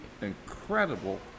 incredible